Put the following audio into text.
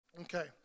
Okay